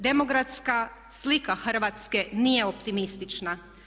Demografska slika Hrvatske nije optimistična.